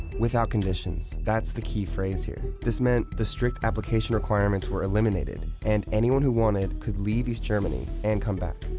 without conditions. that's the key phrase here. this meant the strict application requirements were eliminated, and anyone who wanted could leave east germany and come back.